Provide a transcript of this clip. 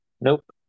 Nope